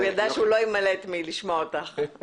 הוא ידע שהוא לא יימלט מלשמוע אותך.